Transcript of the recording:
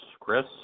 Chris